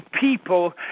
people